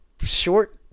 short